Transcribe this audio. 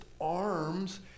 arms